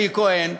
אלי כהן,